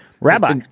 Rabbi